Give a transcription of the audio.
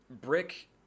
brick